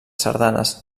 sardanes